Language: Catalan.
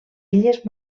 illes